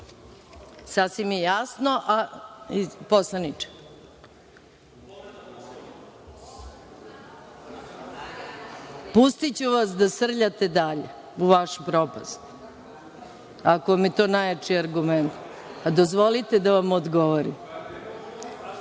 Sasvim je jasno. Poslaniče, pustiću vas da srljate dalje u vašu propast, ako vam je to najjači argument, ali, dozvolite da vam odgovorim. Radite